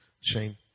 Shane